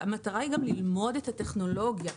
שהמטרה היא גם ללמוד את הטכנולוגיה,